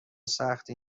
سخته